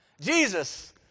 Jesus